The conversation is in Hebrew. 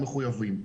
מחויבים.